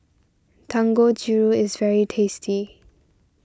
Dangojiru is very tasty